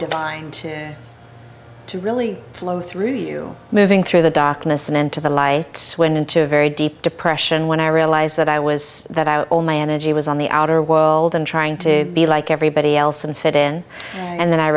divine to really flow through you moving through the darkness and into the light went into a very deep depression when i realized that i was that out all my energy was on the outer world and trying to be like everybody else and fit in and then i